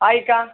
ஹாய்க்கா